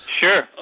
sure